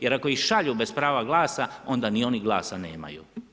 Jer ako ih šalju bez prava glasa onda ni oni glasa nemaju.